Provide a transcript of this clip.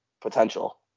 potential